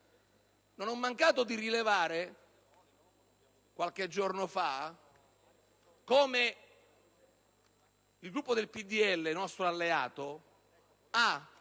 Non ho mancato di rilevare qualche giorno fa come il Gruppo del PdL, nostro alleato, ha